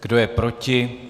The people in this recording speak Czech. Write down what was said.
Kdo je proti?